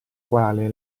quale